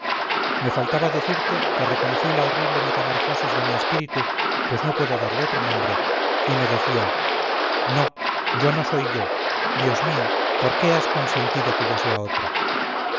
me faltaba decirte que reconocí la horrible metamorfosis de mi espíritu pues no puedo darle otro nombre y me decía no yo no soy yo dios mío por qué has consentido que yo sea otro